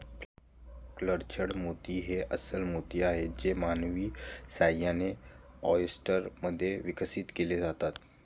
cultured मोती हे अस्स्ल मोती आहेत जे मानवी सहाय्याने, ऑयस्टर मध्ये विकसित केले जातात